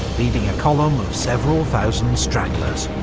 leading a column of several thousand stragglers.